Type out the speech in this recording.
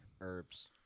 Herbs